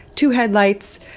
two headlights,